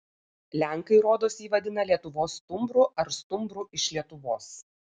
lenkai rodos jį vadina lietuvos stumbru ar stumbru iš lietuvos